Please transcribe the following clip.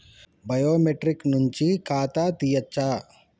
Biometric నుంచి ఖాతా తీయచ్చా?